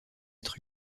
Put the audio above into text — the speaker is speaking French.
être